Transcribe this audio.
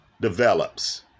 develops